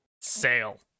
Sail